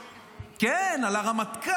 זה נהיה עכשיו קטע, על הרמטכ"ל.